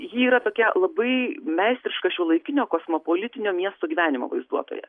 ji yra tokia labai meistriška šiuolaikinio kosmopolitinio miesto gyvenimo vaizduotoja